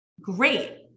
great